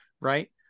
right